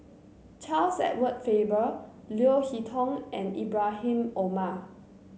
Charles Edward Faber Leo Hee Tong and Ibrahim Omar